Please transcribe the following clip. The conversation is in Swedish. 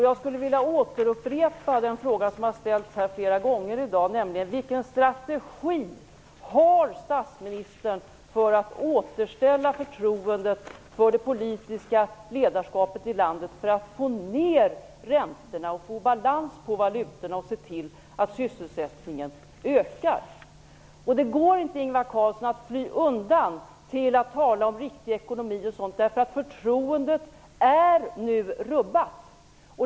Jag skulle vilja återupprepa den fråga som har ställts här flera gånger i dag, nämligen: Vilken strategi har statsministern för att återställa förtroendet för det politiska ledarskapet i landet, för att få ner räntorna, för att få balans i valutorna och för att se till att sysselsättningen ökar? Det går inte, Ingvar Carlsson, att fly undan till att tala om riktig ekonomi och sådant. Förtroendet är nu rubbat.